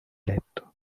letto